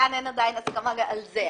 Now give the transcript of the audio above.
כאן אין עדיין הסכמה על כך.